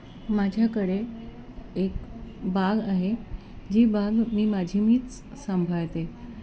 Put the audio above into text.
माझ्याकडे एक बाग आहे जी बाग मी माझी मीच सांभाळते